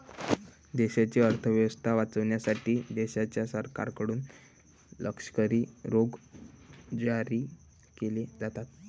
देशाची अर्थ व्यवस्था वाचवण्यासाठी देशाच्या सरकारकडून लष्करी रोखे जारी केले जातात